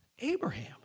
Abraham